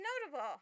notable